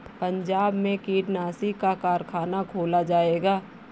पंजाब में कीटनाशी का कारख़ाना खोला जाएगा